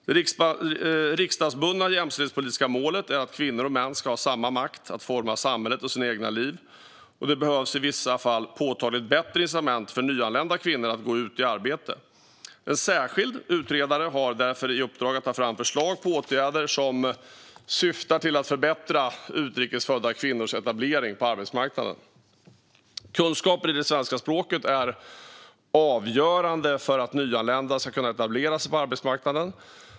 Det riksdagsbundna jämställdhetspolitiska målet är att kvinnor och män ska ha samma makt att forma samhället och sitt eget liv, och det behövs i vissa fall påtagligt bättre incitament för nyanlända kvinnor att gå ut i arbete. En särskild utredare har därför i uppdrag att ta fram förslag på åtgärder som syftar till att förbättra utrikes födda kvinnors etablering på arbetsmarknaden . Kunskaper i svenska språket är avgörande för att nyanlända ska kunna etablera sig på arbetsmarknaden.